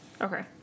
Okay